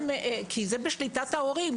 זה בשליטת ההורים,